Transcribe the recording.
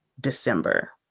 December